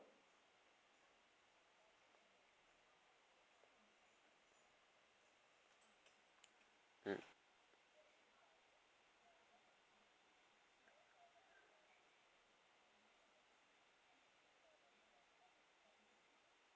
mm